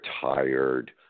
tired